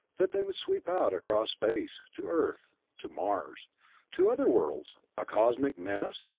that they would sweep out across space, to earth to mars to other worlds, a cosmic menace?